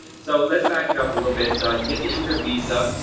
so let's back it up a little bit so you get the immigrant visa,